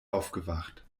aufgewacht